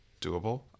doable